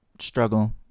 struggle